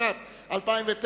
התשס"ט 2009,